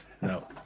No